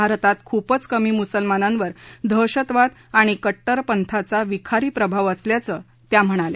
भारतात खूपच कमी मुसलमानांवर दहशतवाद आणि कट्टरपंथाचा विखारी प्रभाव असल्याचंही त्यांनी सांगितलं